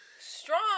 Strong